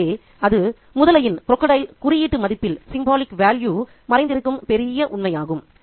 ஆகவே அது முதலையின் குறியீட்டு மதிப்பில் மறைந்திருக்கும் பெரிய உண்மையாகும்